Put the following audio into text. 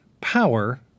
Power